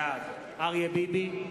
בעד אריה ביבי,